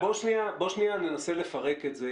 איל, בוא שנייה ננסה לפרק את זה.